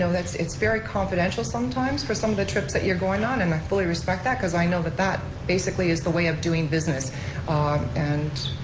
know, it's it's very confidential sometimes for some of the trips that you're going on, and i fully respect that, cause i know that that basically is the way of doing business and,